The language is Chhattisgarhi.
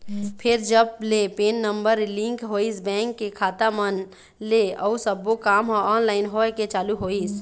फेर जब ले पेन नंबर लिंक होइस बेंक के खाता मन ले अउ सब्बो काम ह ऑनलाइन होय के चालू होइस